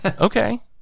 Okay